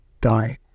die